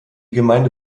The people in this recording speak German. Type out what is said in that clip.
gemeinde